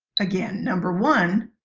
again, number one.